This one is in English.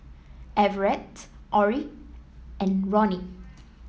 Everette Orrie and Roni